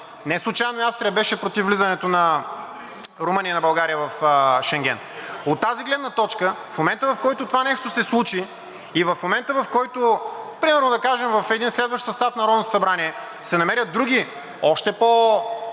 Неслучайно и Австрия беше против влизането на Румъния и на България в Шенген. От тази гледна точка, в момента, в който това нещо се случи, и в момента, в който примерно, да кажем в един следващ състав на Народното събрание, се намерят други, още по-платежоспособни